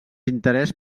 interès